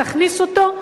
תכניס אותו,